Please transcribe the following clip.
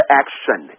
action